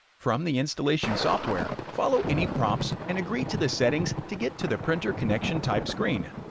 from the installation software, follow any prompts and agree to the settings to get to the printer connection type screen.